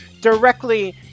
directly